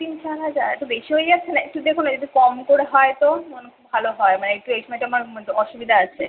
তিন চার হাজার একটু বেশি হয়ে যাচ্ছে না একটু দেখুন না যদি কম করে হয় তো ভালো হয় মানে একটু এই সময়টা আমার মানে একটু অসুবিধা আছে